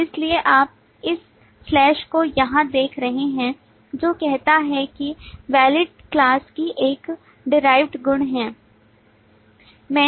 इसलिए आप इस स्लैश को यहाँ देख सकते हैं जो कहता है कि वैलिड क्लास की एक derived गुण है